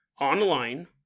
online